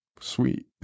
sweet